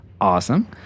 Awesome